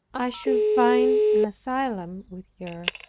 i should find an asylum with her